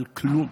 על כלום.